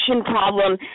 problem